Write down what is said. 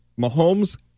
Mahomes